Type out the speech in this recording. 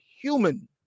human